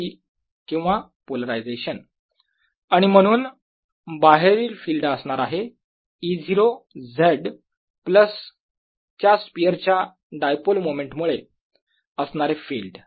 Pe0Ee03K2E0z3eK20E0z आणि म्हणून बाहेरील फिल्ड असणार आहे E0 z प्लस च्या स्पियरच्या डायपोल मोमेंट मुळे असणारे फिल्ड